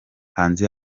hanze